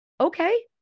okay